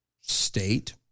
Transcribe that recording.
state